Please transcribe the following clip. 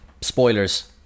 spoilers